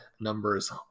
numbers